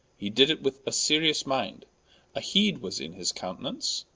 he did it with a serious minde a heede was in his countenance.